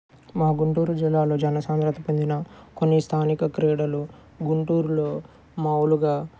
మా గుంటూరు జిల్లాలో జనసాంద్రత పొందిన కొన్ని స్థానిక క్రీడలు గుంటూరులో మామూలుగా